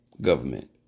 government